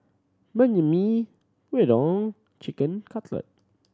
Banh Mi Gyudon Chicken Cutlet